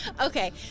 okay